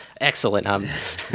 excellent